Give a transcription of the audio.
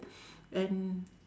and